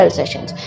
sessions